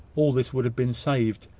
all this would have been saved!